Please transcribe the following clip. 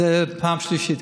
זו כבר הפעם השלישית.